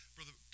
Brother